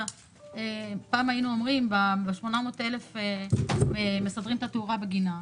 פעם היינו אומרים: ב-800,000 מסדרים את התאורה בגינה.